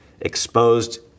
exposed